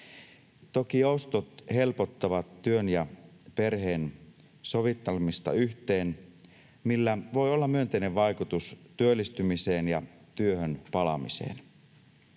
Toki joustot helpottavat työn ja perheen sovittamista yhteen, millä voi olla myönteinen vaikutus työllistymiseen ja työhön palaamiseen.